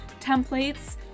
templates